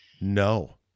No